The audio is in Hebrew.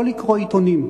לא לקרוא עיתונים,